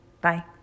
Bye